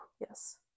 Yes